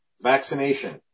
Vaccination